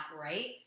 right